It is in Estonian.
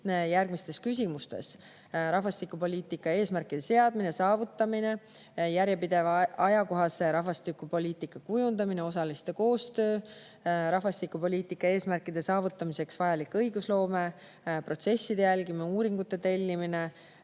järgmistes küsimustes: rahvastikupoliitika eesmärkide seadmine ja saavutamine; järjepideva ajakohase rahvastikupoliitika kujundamine; osaliste koostöö; rahvastikupoliitika eesmärkide saavutamiseks vajalike õigusloomeprotsesside jälgimine; uuringute tellimine;